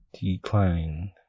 decline